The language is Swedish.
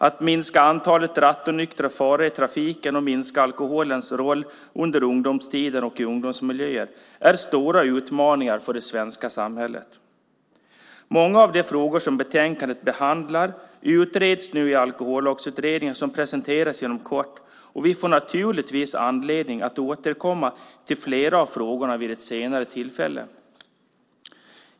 Att minska antalet rattonyktra förare i trafiken och minska alkoholens roll under ungdomstiden och i ungdomsmiljöer är stora utmaningar för det svenska samhället. Många av de frågor som betänkandet behandlar utreds nu i Alkohollagsutredningen som presenteras inom kort. Vi får naturligtvis anledning att återkomma till flera av frågorna vid ett senare tillfälle.